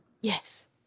Yes